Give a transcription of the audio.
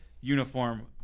uniform